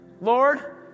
Lord